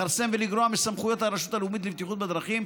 לכרסם ולגרוע מסמכויות הרשות הלאומית לבטיחות בדרכים,